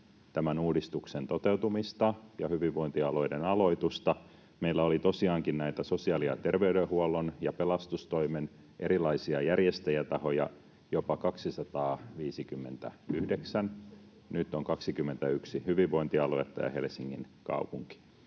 tämän uudistuksen toteutumista ja hyvinvointialueiden aloitusta meillä oli tosiaankin näitä sosiaali- ja terveydenhuollon ja pelastustoimen erilaisia järjestäjätahoja jopa 259. Nyt on 21 hyvinvointialuetta ja Helsingin kaupunki.